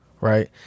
right